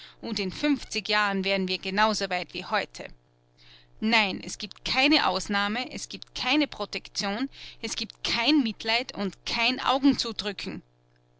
und in fünfzig jahren wären wir genau so weit wie heute nein es gibt keine ausnahme es gibt keine protektion es gibt kein mitleid und kein augenzudrücken